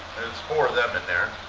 four of them in there.